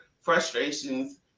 frustrations